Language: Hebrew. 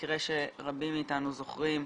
מקרה שרבים מאתנו זוכרים,